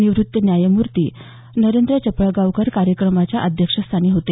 निवृत्त न्यायमूर्ती नरेंद्र चपळगावकर कार्यक्रमाच्या अध्यक्षस्थानी होते